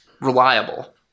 reliable